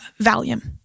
Valium